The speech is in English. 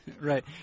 Right